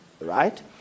right